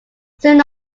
soon